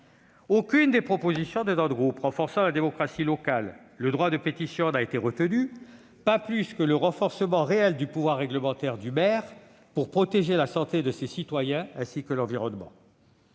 Aucune des propositions de notre groupe renforçant la démocratie locale ou le droit de pétition n'a été retenue, pas plus que le renforcement réel du pouvoir réglementaire du maire pour protéger la santé de ses administrés, ainsi que l'environnement.